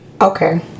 Okay